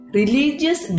religious